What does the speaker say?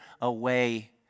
away